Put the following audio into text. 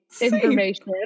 information